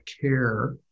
care